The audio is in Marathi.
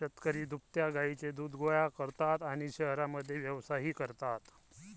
शेतकरी दुभत्या गायींचे दूध गोळा करतात आणि शहरांमध्ये व्यवसायही करतात